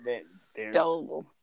Stole